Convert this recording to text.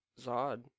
Zod